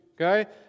okay